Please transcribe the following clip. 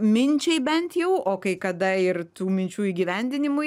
minčiai bent jau o kai kada ir tų minčių įgyvendinimui